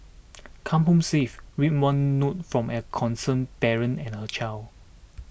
come home safe read one note from a concerned parent and her child